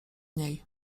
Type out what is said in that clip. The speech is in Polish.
niej